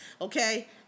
Okay